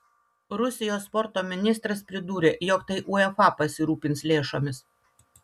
rusijos sporto ministras pridūrė jog tai uefa pasirūpins lėšomis